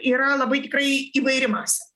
yra labai tikrai įvairi masė